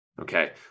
okay